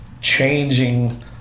changing